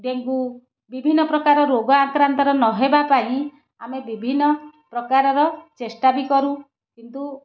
dengue ବିଭିନ୍ନ ପ୍ରକାର ରୋଗ ନହେବା ପାଇଁ ଆମେ ବିଭିନ୍ନ ପ୍ରକାରର ଚେଷ୍ଟା ବି କରୁ କିନ୍ତୁ